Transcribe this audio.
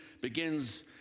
begins